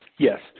Yes